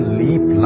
leap